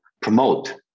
promote